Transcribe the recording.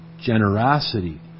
generosity